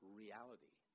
reality